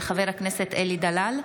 של חבר הכנסת אלי דלל.